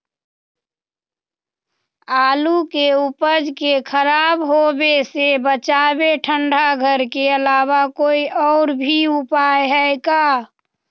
आलू के उपज के खराब होवे से बचाबे ठंडा घर के अलावा कोई और भी उपाय है का?